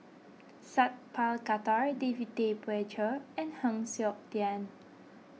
Sat Pal Khattar David Tay Poey Cher and Heng Siok Tian